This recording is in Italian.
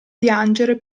piangere